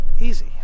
easy